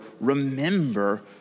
remember